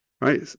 right